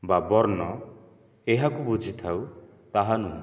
ବା ବର୍ଣ୍ଣ ଏହାକୁ ବୁଝିଥାଉ ତାହା ନୁହଁ